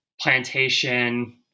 plantation